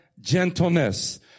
gentleness